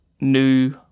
new